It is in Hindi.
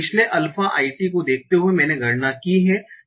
पिछले अल्फा i t को देखते हुए मैंने गणना की है